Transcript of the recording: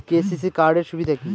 KCC card এর সুবিধা কি?